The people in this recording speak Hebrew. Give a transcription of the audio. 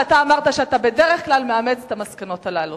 ואתה אמרת שאתה בדרך כלל מאמץ את המסקנות הללו.